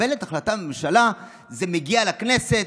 כשמתקבלת החלטה בממשלה זה מגיע לכנסת,